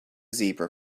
zebra